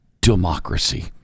democracy